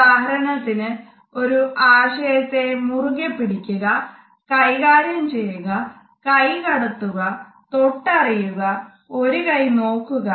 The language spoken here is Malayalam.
ഉദാഹരണത്തിന് ഒരു ആശയത്തെ മുറുകെ പിടിക്കുക കൈകാര്യം ചെയ്യുക കൈ കടത്തുക തൊട്ടറിയുക ഒരു കൈ നോക്കുക